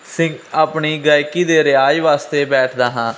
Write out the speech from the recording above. ਸਿੰ ਆਪਣੀ ਗਾਇਕੀ ਦੇ ਰਿਆਜ਼ ਵਾਸਤੇ ਬੈਠਦਾ ਹਾਂ